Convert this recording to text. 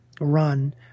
run